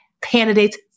candidates